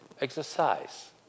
exercise